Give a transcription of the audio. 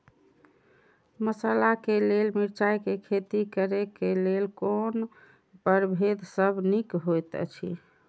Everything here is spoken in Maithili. मसाला के लेल मिरचाई के खेती करे क लेल कोन परभेद सब निक होयत अछि?